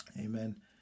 Amen